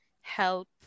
help